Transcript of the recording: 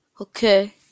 okay